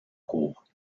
cours